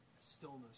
stillness